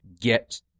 Get